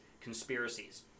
conspiracies